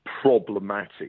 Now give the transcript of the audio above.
problematic